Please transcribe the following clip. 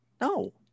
no